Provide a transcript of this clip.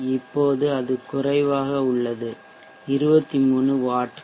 இப்போது அது குறைவாக உள்ளது 23 வாட்கள்